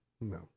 no